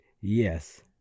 Yes